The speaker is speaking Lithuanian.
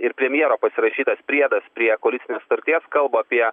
ir premjero pasirašytas priedas prie koalicinės sutarties kalba apie